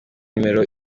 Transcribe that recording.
nimero